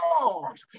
Lord